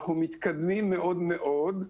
אנחנו מתקדמים מאוד מאוד.